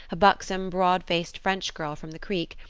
a buxom, broad-faced french girl from the creek,